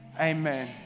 amen